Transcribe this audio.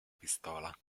pistola